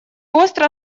остро